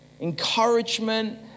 Encouragement